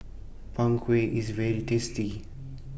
Png Kueh IS very tasty